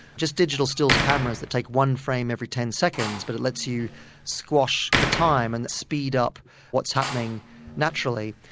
just digital stills cameras that take one frame every ten seconds but it lets you squash the time and speed up what is happening naturally.